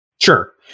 sure